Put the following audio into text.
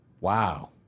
Wow